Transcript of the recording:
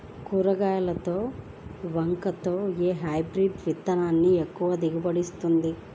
కూరగాయలలో వంగలో ఏ హైబ్రిడ్ విత్తనం ఎక్కువ దిగుబడిని ఇస్తుంది?